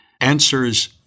answers